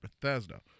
Bethesda